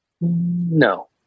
No